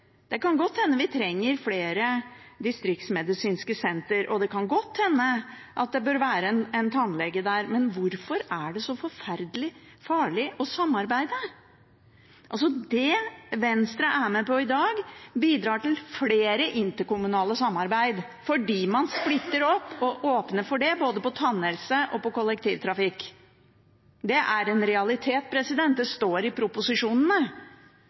Det kan godt hende vi trenger flere distriktsmedisinske sentre, og det kan godt hende at det bør være en tannlege der, men hvorfor er det så forferdelig farlig å samarbeide? Det Venstre er med på i dag, bidrar til flere interkommunale samarbeid fordi man splitter opp og åpner for det både innen tannhelse og kollektivtrafikk. Det er en realitet. Det står i proposisjonene.